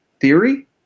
theory